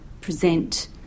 present